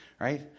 Right